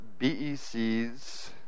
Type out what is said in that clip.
BECs